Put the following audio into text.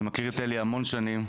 אני מכיר את אלי המון שנים,